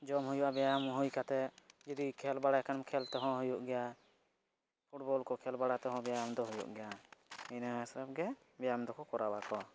ᱡᱚᱢ ᱦᱩᱭᱩᱜᱼᱟ ᱵᱮᱭᱟᱢ ᱦᱩᱭ ᱠᱟᱛᱮᱫ ᱡᱩᱫᱤ ᱠᱷᱮᱹᱞ ᱵᱟᱲᱟᱭ ᱠᱷᱟᱱᱮᱢ ᱠᱷᱮᱹᱞ ᱛᱮᱦᱚᱸ ᱦᱩᱭᱩᱜ ᱜᱮᱭᱟ ᱠᱚ ᱠᱷᱮᱹᱞ ᱵᱟᱲᱟ ᱛᱮᱦᱚᱸ ᱵᱮᱭᱟᱢ ᱫᱚ ᱦᱩᱭᱩᱜ ᱜᱮᱭᱟ ᱤᱱᱟᱹ ᱦᱤᱥᱟᱹᱵᱽᱜᱮ ᱵᱮᱭᱟᱢ ᱫᱚᱠᱚ ᱠᱚᱨᱟᱣᱟᱠᱚ